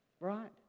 Right